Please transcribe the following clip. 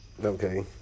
Okay